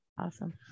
awesome